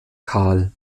kahl